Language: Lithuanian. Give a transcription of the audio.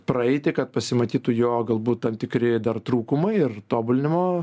praeiti kad pasimatytų jo galbūt tam tikri dar trūkumai ir tobulinimo